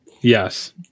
yes